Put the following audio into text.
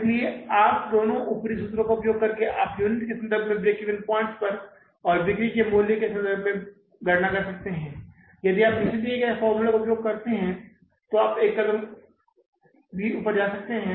इसलिए इन दो ऊपरी सूत्रों का उपयोग करके आप यूनिट के संदर्भ में ब्रेक इवन पॉइंट्स पर और बिक्री के मूल्य के संदर्भ में गणना कर सकते हैं यदि आप नीचे दिए फ़ार्मुलों का उपयोग करते हैं तो आप एक कदम भी ऊपर जा सकते हैं